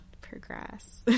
Progress